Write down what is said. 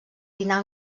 dinar